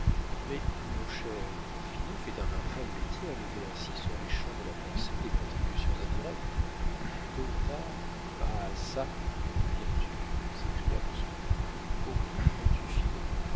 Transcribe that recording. mais mon cher finot fait un infâme métier à lever ainsi sur les champs de la pensée des contributions indirectes tôt ou tard ah çà d'où viens-tu s'écria lousteau pour qui prends-tu finot